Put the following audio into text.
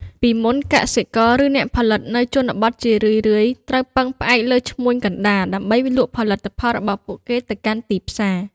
ពីមុន កសិករ ឬអ្នកផលិតនៅជនបទជារឿយៗត្រូវពឹងផ្អែកលើ ឈ្មួញកណ្ដាល ដើម្បីលក់ផលិតផលរបស់ពួកគេទៅកាន់ទីផ្សារ។